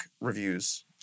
reviews